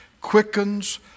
quickens